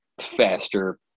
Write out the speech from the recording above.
faster